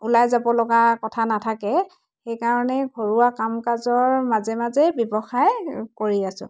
ওলাই যাবলগা কথা নাথাকে সেইকাৰণে ঘৰুৱা কাম কাজৰ মাজে মাজেই ব্যৱসায় কৰি আছোঁ